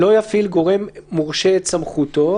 לא יפעיל גורם מורשה את סמכותו